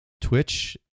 Twitch